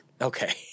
Okay